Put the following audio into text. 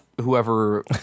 whoever